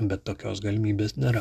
bet tokios galimybės nėra